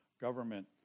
government